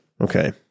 okay